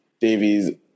Davies